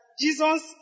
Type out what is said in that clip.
Jesus